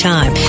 Time